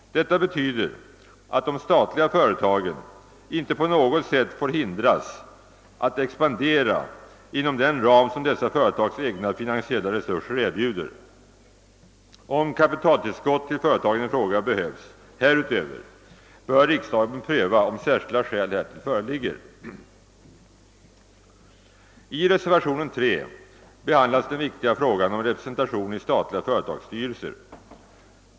Detta betyder att de statliga företagen icke på något sätt får hindras att expandera inom den ram som dessa företags egna finansiella resurser erbjuder. Om kapitaltillskott till företagen i fråga behövs härutöver, bör riksdagen pröva om särskilda skäl härtill föreligger. I reservationen 3 behandlas den viktiga frågan om representation i statliga företags styrelser.